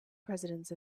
presidents